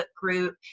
group